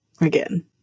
again